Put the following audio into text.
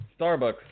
Starbucks